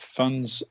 Funds